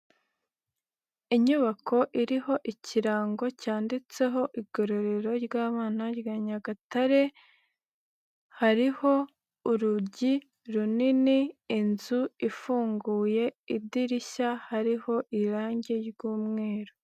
Inyubako iriho ikirango cyanditseho igororero ry'abana rya Nyagatare hariho urugi runini, inzu ifunguye idirishya hariho irange ry'umweru.